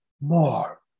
more